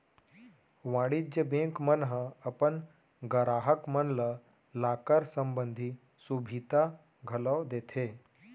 वाणिज्य बेंक मन ह अपन गराहक मन ल लॉकर संबंधी सुभीता घलौ देथे